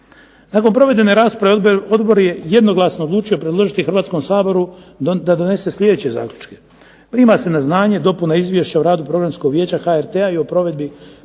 Nakon provedene rasprave odbor je jednoglasno odlučio predložiti Hrvatskom saboru da donese sljedeće zaključke "Prima se na znanje dopuna Izvješća o radu Programskog vijeća HRT-a i o provedbi programskih